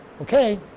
okay